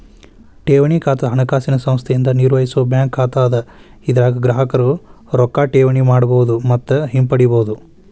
ಠೇವಣಿ ಖಾತಾ ಹಣಕಾಸಿನ ಸಂಸ್ಥೆಯಿಂದ ನಿರ್ವಹಿಸೋ ಬ್ಯಾಂಕ್ ಖಾತಾ ಅದ ಇದರಾಗ ಗ್ರಾಹಕರು ರೊಕ್ಕಾ ಠೇವಣಿ ಮಾಡಬಹುದು ಮತ್ತ ಹಿಂಪಡಿಬಹುದು